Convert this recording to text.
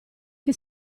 che